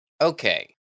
Okay